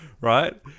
right